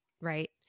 right